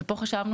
וחשבנו